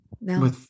No